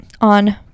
on